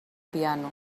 piano